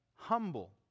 Humble